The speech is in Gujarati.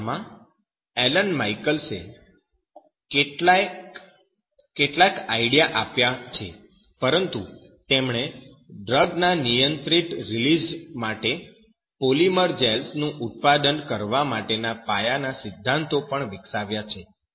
આ કિસ્સામાં એલન માઈકલ્સે કેટલાક આઈડિયા આપ્યા છે ઉપરાંત તેમણે ડ્રગ ના નિયંત્રિત રિલીઝ માટે પોલીમર જેલ્સ નું ઉત્પાદન કરવા માટેના પાયા ના સિદ્ધાંતો પણ વિકસાવ્યા છે